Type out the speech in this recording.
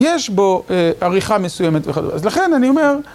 יש בו עריכה מסוימת וכדומה, אז לכן אני אומר.